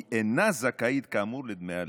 היא אינה זכאית כאמור לדמי הלידה.